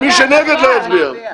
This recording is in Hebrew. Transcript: מי שנגד לא יצביע.